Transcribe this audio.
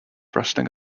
wrestling